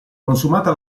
consumata